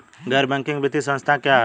गैर बैंकिंग वित्तीय संस्था क्या है?